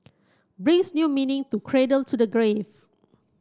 brings new meaning to cradle to the grave